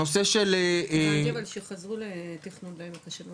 הבנתי אבל שחזרו לתכנון בעמק השלום,